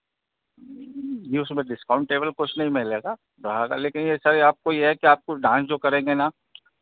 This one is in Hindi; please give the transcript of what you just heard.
जी उसमें डिस्काउंटेबल कुछ नहीं मिलेगा रहागा लेकिन यह सर आपको यह है कि आपको डांस जो करेंगे ना